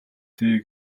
дээ